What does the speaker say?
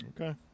okay